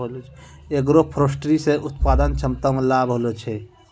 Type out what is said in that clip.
agroforestry से उत्पादन क्षमता मे लाभ होलो छै